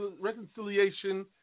reconciliation